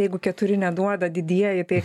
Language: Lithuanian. jeigu keturi neduoda didieji tai